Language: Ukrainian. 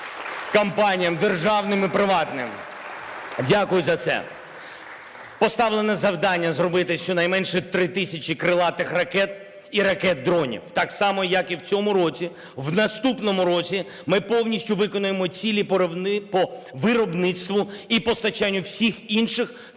Дякую за це.